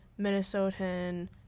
Minnesotan